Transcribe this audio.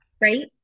right